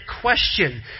question